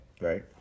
right